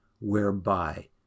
whereby